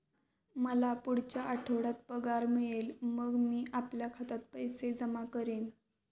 मला पुढच्या आठवड्यात पगार मिळेल मग मी आपल्या खात्यात पैसे जमा करेन